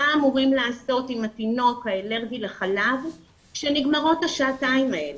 מה אמורים לעשות עם התינוק האלרגי לחלב כשנגמרות השעתיים האלה.